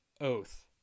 oath